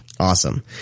Awesome